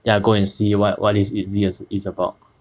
ya go and see what what is itzy is about